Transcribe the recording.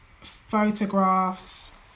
photographs